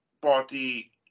Party